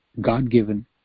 God-given